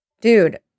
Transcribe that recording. dude